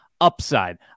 Upside